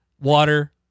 Water